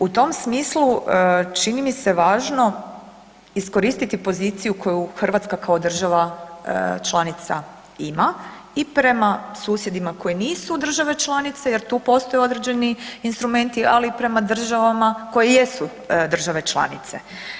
U tom smislu čini mi se važno iskoristiti poziciju koju Hrvatska kao država članica ima i prema susjedima koji nisu države članice jer tu postoje određeni instrumenti, ali i prema državama koje jesu države članice.